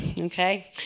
okay